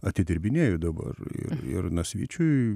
atidirbinėju dabar ir ir nasvyčiui